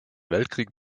weltkrieg